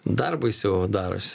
dar baisiau darosi